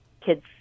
kid's